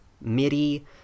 Midi